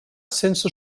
sense